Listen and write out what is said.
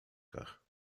kach